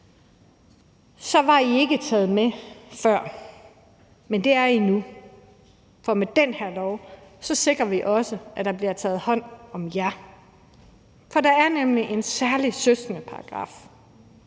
så var I ikke taget med, men det er I nu. For med den her lov sikrer vi også, at der bliver taget hånd om jer. Der er nemlig en særlig søskendeparagraf,